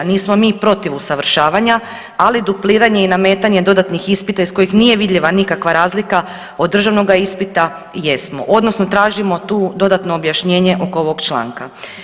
Nismo mi protiv usavršavanja, ali dupliranje i nametanje dodatnih ispita iz kojih nije vidljiva nikakva razlika od državnoga ispita jesmo odnosno tražimo tu dodatno objašnjenje oko ovoga članka.